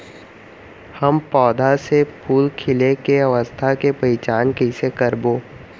हम पौधा मे फूल खिले के अवस्था के पहिचान कईसे करबो